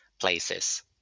places